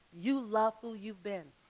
you love who you've been,